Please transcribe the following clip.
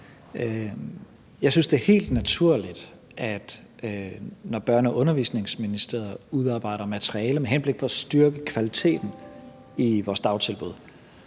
Jeg synes, at det er helt naturligt, at når Børne- og Undervisningsministeriet udarbejder materiale med henblik på at styrke kvaliteten i vores dagtilbud,